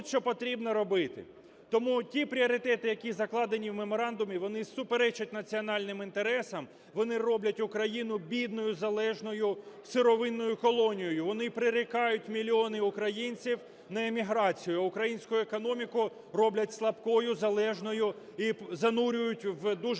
що потрібно робити. Тому ті пріоритеті, які закладені в меморандумі, вони суперечать національним інтересам, вони роблять Україну бідною, залежною, сировинною колонією, вони прирікають мільйони українців на еміграцію, а українську економіку роблять слабкою, залежною і занурюють в дуже